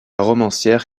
romancière